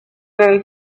very